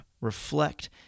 Reflect